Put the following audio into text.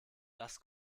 das